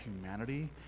humanity